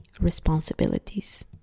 responsibilities